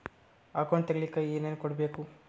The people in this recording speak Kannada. ಅಕೌಂಟ್ ತೆಗಿಲಿಕ್ಕೆ ಏನೇನು ಕೊಡಬೇಕು?